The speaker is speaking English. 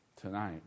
Tonight